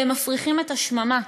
והם מפריחים את השממה.